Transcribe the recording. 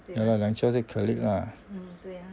ya lah 两桌是 colleague lah